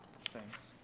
Thanks